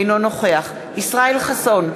אינו נוכח ישראל חסון,